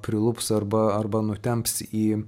prilups arba arba nutemps į